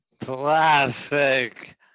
classic